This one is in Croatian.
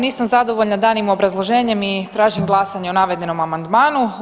Nisam zadovoljna danim obrazloženjem i tražim glasanje o navedenom amandmanu.